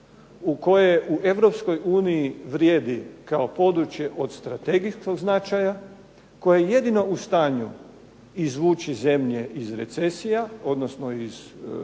uniji vrijedi kao područje od strategijskog značaja, koje je jedino u stanju izvući zemlje iz recesija, odnosno iz